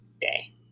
day